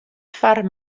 foar